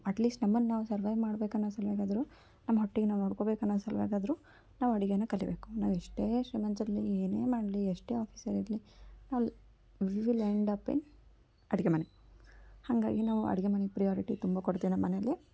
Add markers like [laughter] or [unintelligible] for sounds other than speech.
at least ನಮ್ಮನ್ನು ನಾವು survive ಮಾಡ್ಬೇಕು ಅನ್ನೊ ಸಲ್ವಾಗಿ ಆದರೂ ನಮ್ಮ ಹೊಟ್ಟಿಗೆ ನಾವು ನೋಡ್ಕೊಬೇಕು ಅನ್ನೊ ಸಲ್ವಾಗಿ ಆದರೂ ನಾವು ಅಡುಗೆನ ಕಲಿಯಬೇಕು ನಾವು ಎಷ್ಟೇ [unintelligible] ಏನೇ ಮಾಡಲಿ ಎಷ್ಟೇ ಆಫೀಸರ್ ಇರಲಿ all we will end up in ಅಡುಗೆ ಮನೆ ಹಾಗಾಗಿ ನಾವು ಅಡುಗೆ ಮನೆ ಪ್ರಿಯೋರಿಟಿ ತುಂಬ ಕೊಡ್ತೇವೆ ನಮ್ಮ ಮನೇಲ್ಲಿ